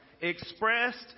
Expressed